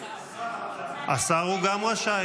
--- גם השר רשאי.